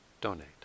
donate